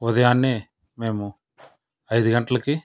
ఉదయాన్నే మేము ఐదు గంట్లకి